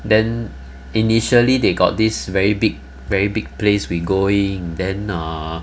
then initially they got this very big very big place we going then err